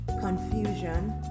confusion